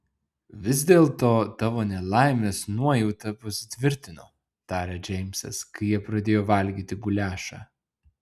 vis dėlto tavo nelaimės nuojauta pasitvirtino tarė džeimsas kai jie pradėjo valgyti guliašą